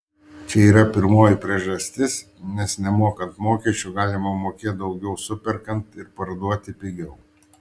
čia yra pirmoji priežastis nes nemokant mokesčių galima mokėt daugiau superkant ir parduoti pigiau